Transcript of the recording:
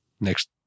next